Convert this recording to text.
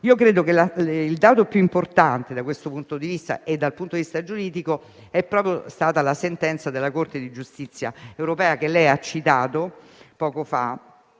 Credo che il dato più importante, da questo punto di vista e dal punto di vista giuridico, sia stata proprio la sentenza della Corte di giustizia europea - che lei ha citato poco fa,